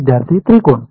विद्यार्थीः त्रिकोण